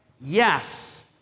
Yes